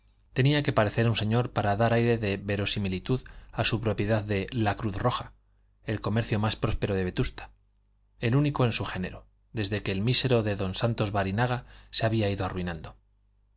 tenía que parecer un señor para dar aire de verosimilitud a su propiedad de la cruz roja el comercio más próspero de vetusta el único en su género desde que el mísero de don santos barinaga se había ido arruinando